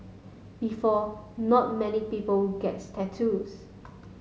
before not many people gets tattoos